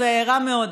זה רע מאוד,